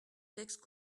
texte